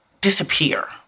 disappear